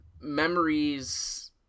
memories